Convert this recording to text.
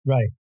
Right